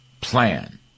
plan